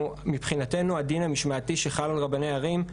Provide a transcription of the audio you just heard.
מבחינתנו הדין המשמעתי שחל על רבני ערים,